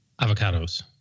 Avocados